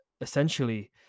essentially